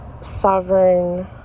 sovereign